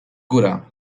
góra